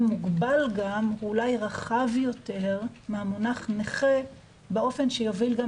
מוגבל אולי רחב יותר מהמונח נכה באופן שיוביל גם